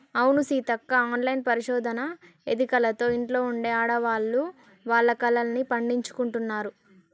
అవును సీతక్క ఆన్లైన్ పరిశోధన ఎదికలతో ఇంట్లో ఉండే ఆడవాళ్లు వాళ్ల కలల్ని పండించుకుంటున్నారు